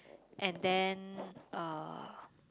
and then uh